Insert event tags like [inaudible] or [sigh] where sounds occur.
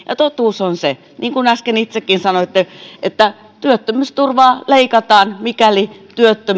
[unintelligible] ja totuus on se niin kuin äsken itsekin sanoitte että työttömyysturvaa leikataan mikäli